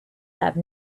have